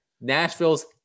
Nashville's